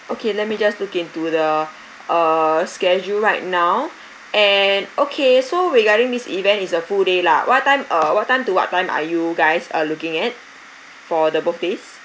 okay let me just look into the uh schedule right now and okay so regarding this event it's a full day lah what time uh what time to what time are you guys uh looking at for the both days